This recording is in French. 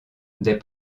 des